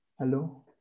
Hello